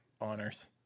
honors